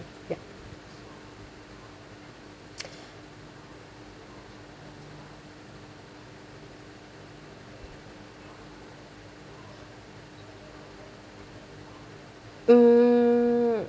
yup mm